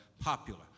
popular